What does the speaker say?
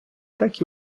так